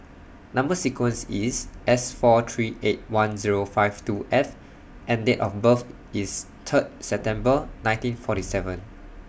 Number sequence IS S four three eight one Zero five two F and Date of birth IS Third September nineteen forty seven